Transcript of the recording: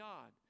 God